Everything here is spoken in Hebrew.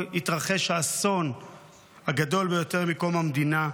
התרחש האסון הגדול ביותר מקום המדינה.